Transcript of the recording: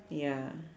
ya